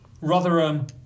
Rotherham